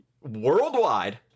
worldwide